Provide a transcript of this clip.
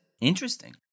Interesting